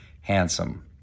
Handsome